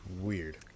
Weird